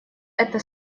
это